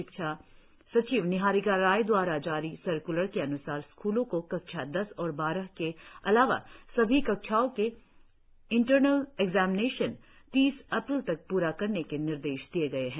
शिक्षा सचिव निहारिका राय द्वारा जारी सर्क्लर के अन्सार स्कूलो को कक्षा दस और बारह के अलावा सभी कक्षाओ के इंटर्नल एक्जामिनेशन तीस अप्रैल तक पुरा करने के निर्देश दिए गए है